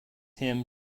him